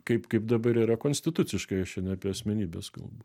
kaip kaip dabar yra konstituciškai aš čia ne apie asmenybes kalbu